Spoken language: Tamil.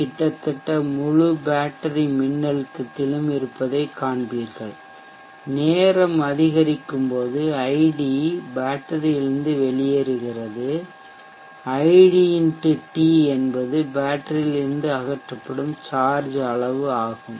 கிட்டத்தட்ட முழு பேட்டரி மின்னழுத்தத்திலும் இருப்பதைக் காண்பீர்கள் நேரம் அதிகரிக்கும்போது ஐடி பேட்டரியிலிருந்து வெளியேறுகிறது ஐடி X டி என்பது பேட்டரியிலிருந்து அகற்றப்படும் சார்ஜ் அளவு ஆகும்